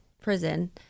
prison